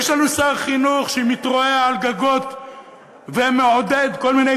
יש לנו שר חינוך שמתרועע על גגות ומעודד כל מיני